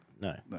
No